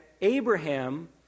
Abraham